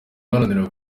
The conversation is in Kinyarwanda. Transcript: uharanira